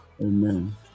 Amen